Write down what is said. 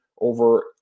over